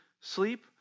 sleep